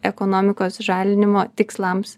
ekonomikos žalinimo tikslams